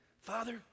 Father